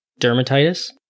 dermatitis